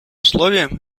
условием